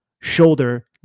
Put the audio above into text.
shoulder